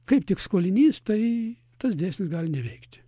kaip tik skolinys tai tas dėsnis gali neveikti